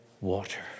water